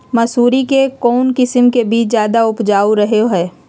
मसूरी के कौन किस्म के बीच ज्यादा उपजाऊ रहो हय?